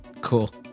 Cool